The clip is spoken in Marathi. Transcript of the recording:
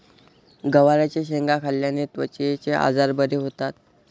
गवारच्या शेंगा खाल्ल्याने त्वचेचे आजार बरे होतात